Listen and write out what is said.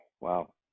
wow